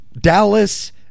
Dallas